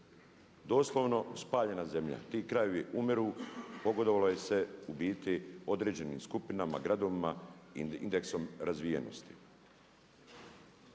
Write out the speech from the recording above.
Doslovno spaljena zemlja. Ti krajevi umiru. Pogodovalo se u biti određenim skupinama, gradovima indeksom razvijenosti.